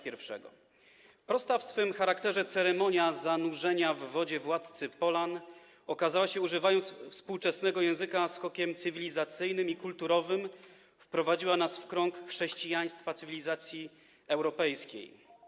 Prosta w swym charakterze ceremonia zanurzenia w wodzie władcy Polan okazała się, używając współczesnego języka, skokiem cywilizacyjnym i kulturowym, wprowadziła nas w krąg chrześcijaństwa cywilizacji europejskiej.